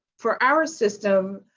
for our system,